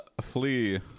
flee